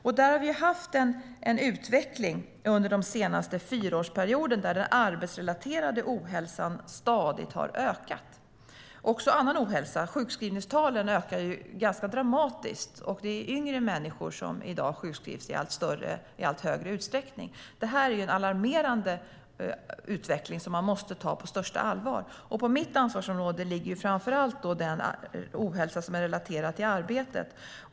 Vi har under den senaste fyraårsperioden haft en utveckling där den arbetsrelaterade ohälsan stadigt ökat, liksom annan ohälsa. Sjukskrivningstalen ökar ganska dramatiskt, och det är i allt större utsträckning yngre människor som sjukskrivs i dag. Det här är en alarmerande utveckling som man måste ta på största allvar. Inom mitt ansvarsområde ligger framför allt den ohälsa som är relaterad till arbetet.